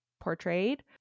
portrayed